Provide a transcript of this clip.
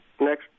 next